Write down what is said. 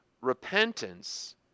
repentance